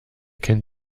kennt